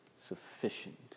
sufficient